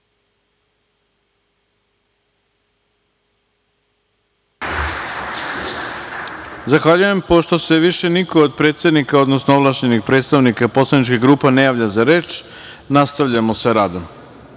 Zahvaljujem. Pošto se više niko od predsednika, odnosno ovlašćenih predstavnika poslaničkih grupa ne javlja za reč, nastavljamo sa